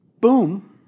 Boom